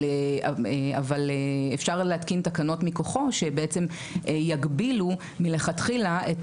אבל אפשר להתקין תקנות מכוחו שבעצם יגבילו מלכתחילה את